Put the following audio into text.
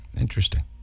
Interesting